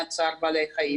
למניעת צער בעלי חיים,